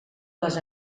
les